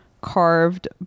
carved